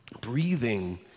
breathing